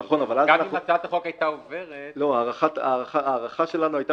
גם אם הצעת החוק היתה עוברת- - ההערכה שלנו היתה